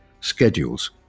schedules